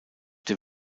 der